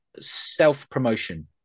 self-promotion